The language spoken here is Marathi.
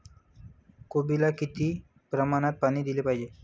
कोबीला किती प्रमाणात पाणी दिले पाहिजे?